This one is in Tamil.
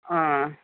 ஆ